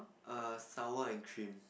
err sour and cream